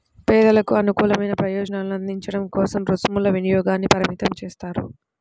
పేదలకు అనుకూలమైన ప్రయోజనాలను అందించడం కోసం రుసుముల వినియోగాన్ని పరిమితం చేస్తారు